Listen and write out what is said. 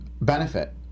benefit